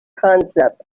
concept